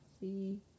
see